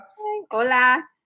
Hola